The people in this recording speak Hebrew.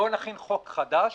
בואו נכין הצעת חוק חדשה,